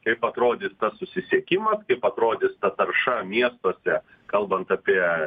kaip atrodys tas susisiekimas kaip atrodys ta tarša miestuose kalbant apie